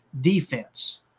defense